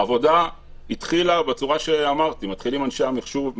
העבודה התחילה בצורה שאמרתי: מתחילים אנשי המחשוב,